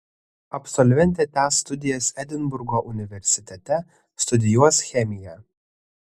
absolventė tęs studijas edinburgo universitete studijuos chemiją